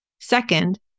Second